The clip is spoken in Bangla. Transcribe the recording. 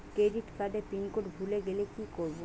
ক্রেডিট কার্ডের পিনকোড ভুলে গেলে কি করব?